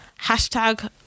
Hashtag